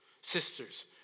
sisters